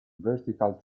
vertical